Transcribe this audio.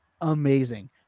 amazing